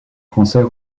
français